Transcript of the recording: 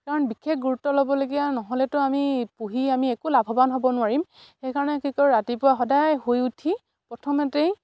কাৰণ বিশেষ গুৰুত্ব ল'বলগীয়া নহ'লেতো আমি পুহি আমি একো লাভৱান হ'ব নোৱাৰিম সেইকাৰণে কি কৰোঁ ৰাতিপুৱা সদায় শুই উঠি প্ৰথমতেই